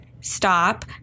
stop